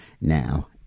now